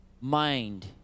mind